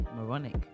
moronic